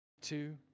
two